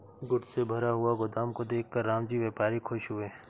goods से भरा हुआ गोदाम को देखकर रामजी व्यापारी खुश हुए